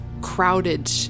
crowded